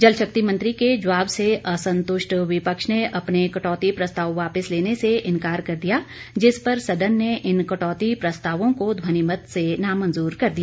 जलशक्ति मंत्री के जवाब से असंतुष्ट विपक्ष ने अपने कटौती प्रस्ताव वापस लेने से इनकार कर दिया जिस पर सदन ने इन कटौती प्रस्तावों को ध्वनिमत से नामंजूर कर दिया